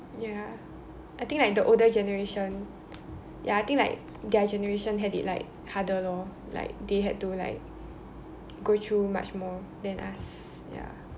ya I think like the older generation ya I think like their generation had it like harder lor like they had to like go through much more than us ya